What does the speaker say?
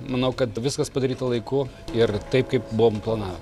manau kad viskas padaryta laiku ir taip kaip buvom planavę